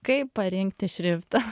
kaip parinkti šriftą